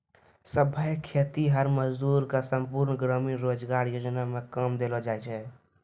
सभै खेतीहर मजदूर के संपूर्ण ग्रामीण रोजगार योजना मे काम देलो जाय छै